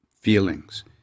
feelings